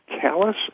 callous